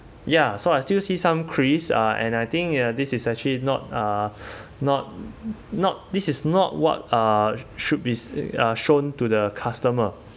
ya so I still see some crease uh and I think ya this is actually not uh not not this is not what uh should be uh shown to the customer